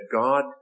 God